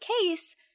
case